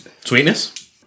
Sweetness